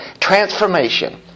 transformation